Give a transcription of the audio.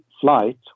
flight